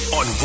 on